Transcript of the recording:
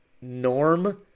Norm